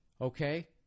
Okay